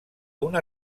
una